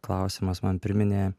klausimas man priminė